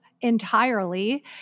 entirely